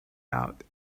out